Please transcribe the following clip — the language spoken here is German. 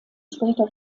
später